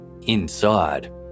Inside